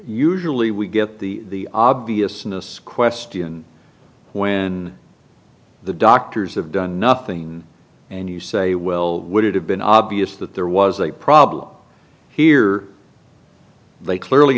usually we get the obviousness question when the doctors have done nothing and you say well would it have been obvious that there was a problem here they clearly